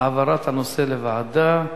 העברת הנושא לוועדה?